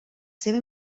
seva